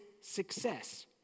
success